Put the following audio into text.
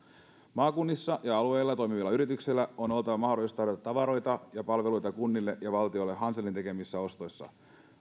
maakunnissa ja alueilla toimivilla yrityksillä on oltava mahdollisuus tarjota tavaroita ja palveluita kunnille ja valtiolle hanselin tekemissä ostoissa